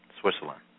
Switzerland